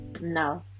no